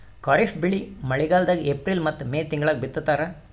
ಖಾರಿಫ್ ಬೆಳಿ ಮಳಿಗಾಲದಾಗ ಏಪ್ರಿಲ್ ಮತ್ತು ಮೇ ತಿಂಗಳಾಗ ಬಿತ್ತತಾರ